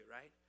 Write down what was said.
right